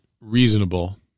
reasonable